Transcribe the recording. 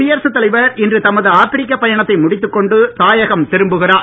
குடியரசுத் தலைவர் இன்று தமது ஆப்பிரிக்க பயணத்தை முடித்துக்கொண்டு தாயகம் திரும்புகிறார்